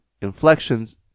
inflections